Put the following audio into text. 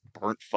burnt